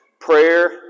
prayer